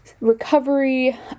recovery